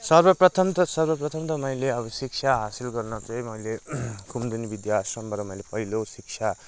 सर्वप्रथम त सर्वप्रथम त मैले अब शिक्षा हासिल गर्नु चाहिँ मैले कुमदिनी विद्या आश्रमबाट मैले पहिलो शिक्षा